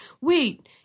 wait